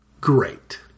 Great